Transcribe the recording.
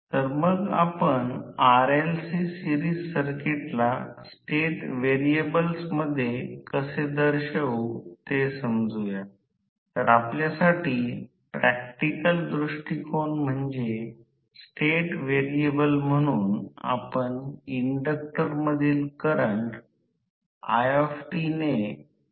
त्यामुळे रोटर क्षेत्र आणि स्टेटर क्षेत्र आहे की स्टेटर क्षेत्रात आहे की दोन्ही एक वेग NS हलवून जाते अशा प्रकारे प्रतिक्रिया क्षेत्रा F2रोटर नेहमी स्टेटर क्षेत्रात संबंधित स्टेशनरी F1 आहे